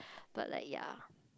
but like yeah